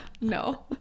No